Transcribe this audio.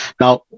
Now